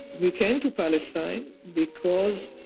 we came to palestine because